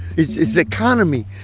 it's it's the economy.